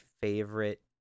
favorite